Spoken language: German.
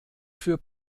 für